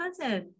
cousin